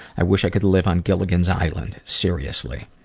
i wish i could live on gilligan's island, seriously.